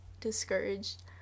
discouraged